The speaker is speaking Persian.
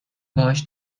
باهاش